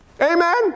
Amen